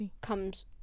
comes